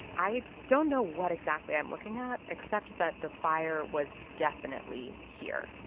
i don't know what exactly i'm looking at except that the fire was definitely here.